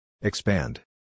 Expand